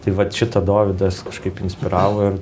tai vat šitą dovydas kažkaip inspiravo ir